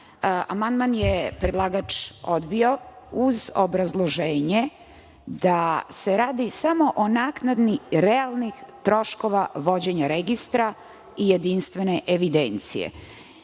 takse. Amandman je predlagač odbio, uz obrazloženje da se radi samo o naknadi realnih troškova vođenja registra i jedinstvene evidencije.